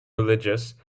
religious